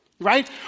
Right